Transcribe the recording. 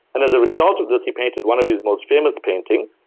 and as a result of this, he painted one of his most famous paintings,